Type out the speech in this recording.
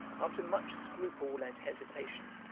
after much scruple and hesitation,